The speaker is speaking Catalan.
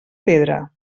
pedra